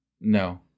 no